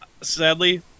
sadly